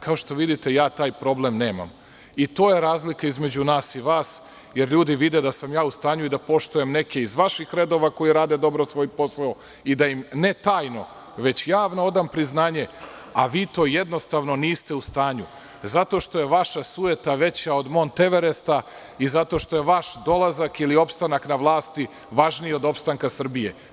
Kao što vidite ja taj problem nemam i to je razlika između nas i vas, jer ljudi vide da sam ja u stanju da poštujem neke iz vaših redova koji rade dobro svoj posao i da im ne tajno, već javno odam priznanje a vi to jednostavno niste u stanju, zato što je vaša sujeta veća od Monteveresta i zato što je vaš dolazak ili opstanak na vlasti važniji od opstanka Srbije.